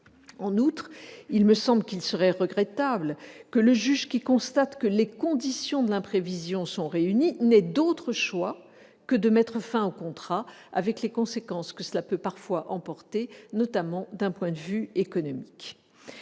En outre, il me semble qu'il serait regrettable que le juge, constatant que les conditions de l'imprévision sont réunies, n'ait d'autre choix que de mettre fin au contrat, avec les conséquences que cela peut parfois emporter, notamment d'un point de vue économique.